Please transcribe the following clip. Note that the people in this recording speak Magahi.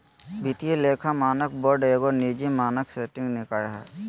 वित्तीय लेखा मानक बोर्ड एगो निजी मानक सेटिंग निकाय हइ